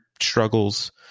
struggles